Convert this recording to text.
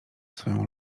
swoją